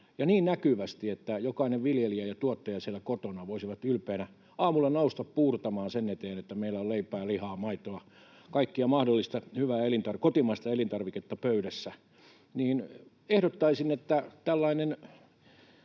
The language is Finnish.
ja niin näkyvästi, että jokainen viljelijä ja tuottaja siellä kotona voisi ylpeänä aamulla nousta puurtamaan sen eteen, että meillä on leipää, lihaa, maitoa, kaikkea mahdollista hyvää kotimaista elintarviketta pöydässä. Ehdottaisin, että tällainen